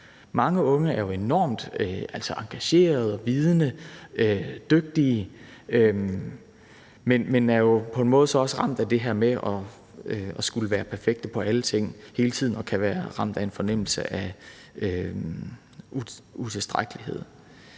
Mange unge er enormt engagerede, vidende og dygtige, men er på en måde så også ramt af det her med at skulle være perfekte på alle områder hele tiden og kan være ramt af en fornemmelse af utilstrækkelighed.